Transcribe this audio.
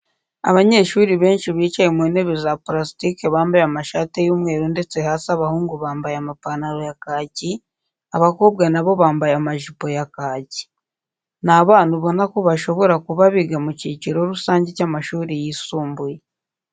Abanyeshuri benshi bicaye mu ntebe za purasitike bamabaye amashati y'umweru ndetse hasi abahungu bambaye amapantaro ya kaki, abakobwa na bo bambaye amajipo ya kaki. Ni abana ubona ko bashobora kub abiga mu cyiciro rusange cy'amashuri yisumbuye.